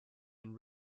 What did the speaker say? and